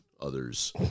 others